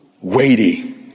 weighty